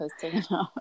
posting